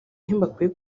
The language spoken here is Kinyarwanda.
ntibakwiye